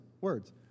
words